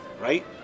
Right